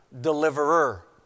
deliverer